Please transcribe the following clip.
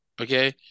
Okay